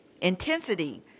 Intensity